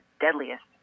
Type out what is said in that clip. deadliest